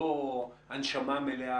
לא הנשמה מלאה.